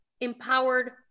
empowered